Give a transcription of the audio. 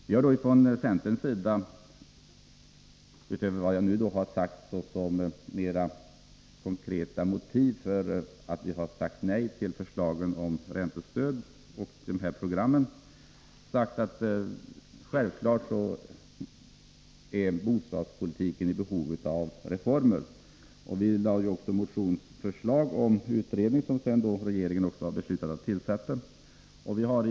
Vi har från centerns sida — utöver vad jag redovisat som mera konkreta motiv för att vi sagt nej till förslagen om räntestöd och dessa program för planeringen — hävdat att självfallet är bostadspolitiken i behov av reformer. Vi förde ju också fram motionsförslag om att en utredning skulle göras. Regeringen har därefter även beslutat tillsätta en utredning.